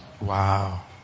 Wow